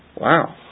Wow